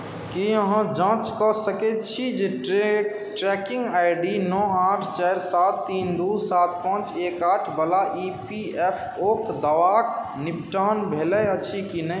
की अहाँ जाँच कऽ सकैत छी जे ट्रैकिंग आई डी न ओ आठ चारि सात तीन दू सात पाँच एक आठ बला ई पी एफ ओ के दावाक निपटान भेल अछि कि नहि